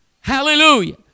Hallelujah